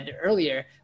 earlier